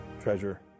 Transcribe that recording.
treasure